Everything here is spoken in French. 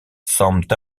semblent